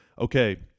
Okay